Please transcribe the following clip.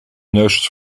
neus